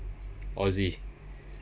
aussie